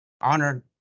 honored